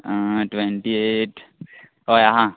आ ट्वँटी एट हय आसा